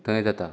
थंय जाता